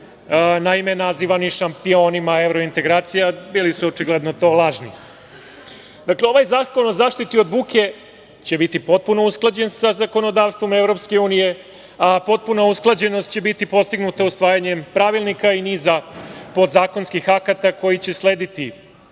naime, nazivani šampionima evrointegracijama. Bili su, očigledno, lažni. Dakle, ovaj Zakon o zaštiti od buke će biti potpuno usklađen sa zakonodavstvom EU, a potpuna usklađenost će biti postignuta usvajanjem pravilnika i niza podzakonskih akata koji će slediti